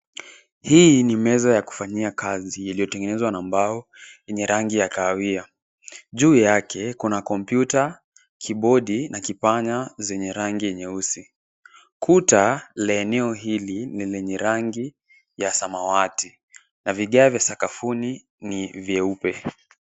Hii ni meza ya kufanya kazi iliyotengenezwa na mbao yenye rangi ya kahawia. Juu yake kuna kompyuta, kibodi na kipanya zenye rangi nyeusi. Kuta la eneo hili ni lenye rangi ya samawati na vigae vya sakafuni ni vyeupe.